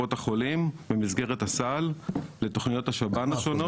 לקופות החולים במסגרת הסל לתכניות השב"ן השונות.